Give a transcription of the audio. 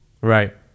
Right